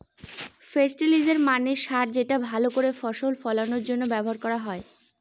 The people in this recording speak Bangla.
ফেস্টিলিজের মানে সার যেটা ভাল করে ফসল ফলানোর জন্য ব্যবহার করা হয়